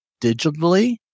digitally